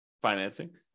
financing